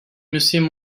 monsieur